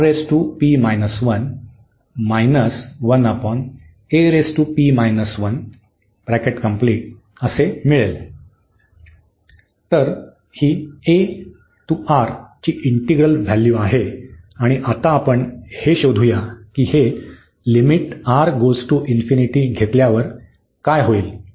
तर ही a ते R ची इंटिग्रल व्हॅल्यू आहे आणि आता आपण हे शोधूया की हे घेतल्यावर काय होईल